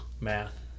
Math